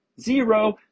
Zero